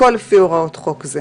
הכול לפי הוראות חוק זה".